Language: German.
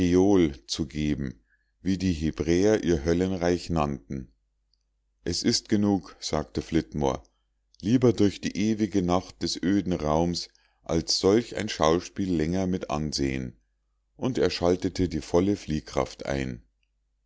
zu geben wie die hebräer ihr höllenreich nannten es ist genug sagte flitmore lieber durch die ewige nacht des öden raums als solch ein schauspiel länger mit ansehen und er schaltete die volle fliehkraft ein